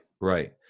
Right